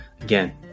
Again